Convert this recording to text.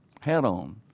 head-on